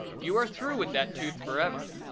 you are through with that tooth forever.